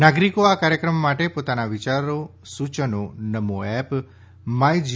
નાગરિકો આ કાર્યક્રમ માટે પોતાના વિચારો સૂયનો નમો એપ માય જી